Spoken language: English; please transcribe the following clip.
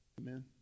Amen